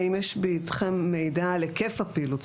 האם יש בידכם מידע על היקף הפעילות,